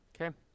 Okay